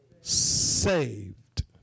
Saved